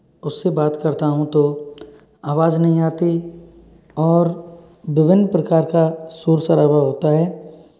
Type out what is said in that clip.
उससे बात करता हूँ तो आवाज़ नहीं आती और विभिन्न प्रकार का शोर शराबा होता है